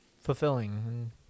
fulfilling